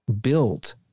built